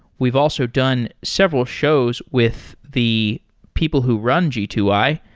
we've also done several shows with the people who run g two i,